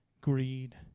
greed